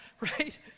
right